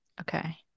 Okay